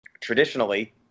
traditionally